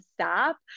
stop